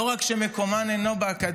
לא רק שמקומן אינו באקדמיה,